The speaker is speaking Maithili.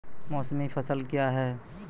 मौसमी फसल क्या हैं?